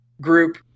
group